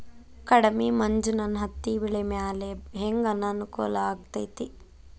ಕಡಮಿ ಮಂಜ್ ನನ್ ಹತ್ತಿಬೆಳಿ ಮ್ಯಾಲೆ ಹೆಂಗ್ ಅನಾನುಕೂಲ ಆಗ್ತೆತಿ?